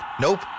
Nope